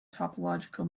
topological